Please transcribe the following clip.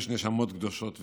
45 נשמות קדושות וטהורות.